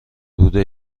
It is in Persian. بوده